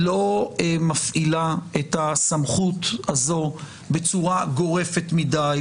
לא מפעילה את הסמכות הזו בצורה גורפת מדי,